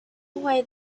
away